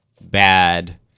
bad